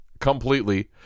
completely